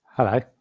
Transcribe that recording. hello